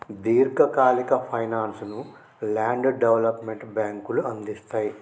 దీర్ఘకాలిక ఫైనాన్స్ ను land development బ్యేంకులు అందిస్తయ్